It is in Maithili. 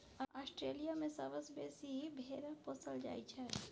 आस्ट्रेलिया मे सबसँ बेसी भेरा पोसल जाइ छै